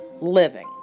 living